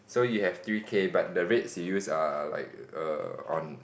so you have three K but the rates you use err like err on